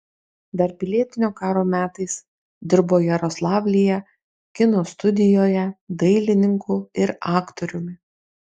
dar pilietinio karo metais dirbo jaroslavlyje kino studijoje dailininku ir aktoriumi